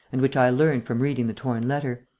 and which i learnt from reading the torn letter.